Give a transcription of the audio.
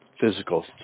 physical